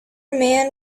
man